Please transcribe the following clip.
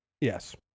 Yes